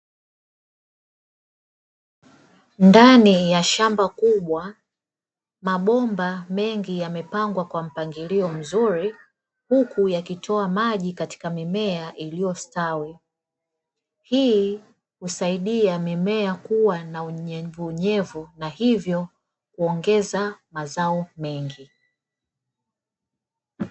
Ndani ya shamba kubwa mabomba mengi yamepangwa kwa mpangilio mzuri huku yakitoa maji katika mimea iliyostawi, hii husaidia mimea kuwa na unyevu unyevu na hivyo kuongeza mazao mengi.